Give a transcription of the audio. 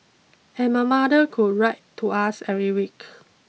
and my mother could write to us every week